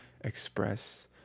express